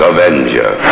Avenger